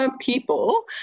people